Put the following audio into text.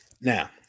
Now